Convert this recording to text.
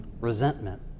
Resentment